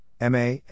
MA